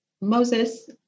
Moses